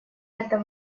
эта